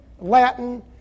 Latin